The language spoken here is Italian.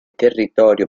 territorio